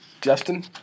Justin